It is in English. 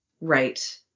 Right